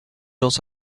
also